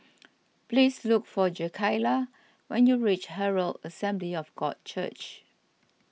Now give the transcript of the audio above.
please look for Jakayla when you reach Herald Assembly of God Church